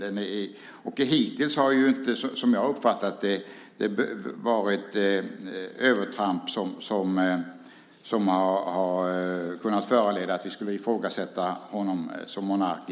Som jag har uppfattat det har kungen hittills inte gjort några övertramp som har föranlett att vi skulle ifrågasätta honom som monark.